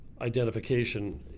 identification